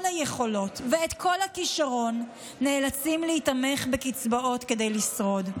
היכולות ואת כל הכישרון נאלצים להיתמך בקצבאות כדי לשרוד.